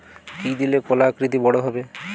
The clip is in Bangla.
কি দিলে কলা আকৃতিতে বড় হবে?